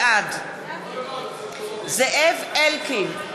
בעד זאב אלקין,